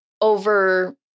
over